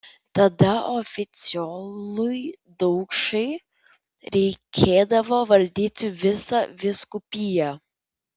tada oficiolui daukšai reikėdavo valdyti visą vyskupiją